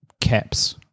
caps